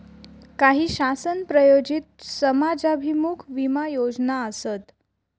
काही शासन प्रायोजित समाजाभिमुख विमा योजना आसत